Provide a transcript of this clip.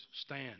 stand